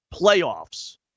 playoffs